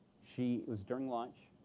she it was during lunch.